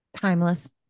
timeless